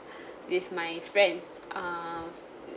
with my friends err